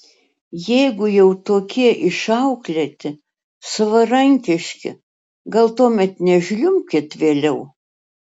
jeigu jau tokie išauklėti savarankiški gal tuomet nežliumbkit vėliau